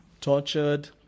tortured